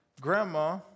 Grandma